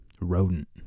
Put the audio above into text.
rodent